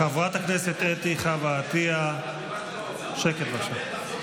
חברת הכנסת אתי חוה עטייה, שקט, בבקשה.